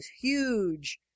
huge